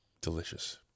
delicious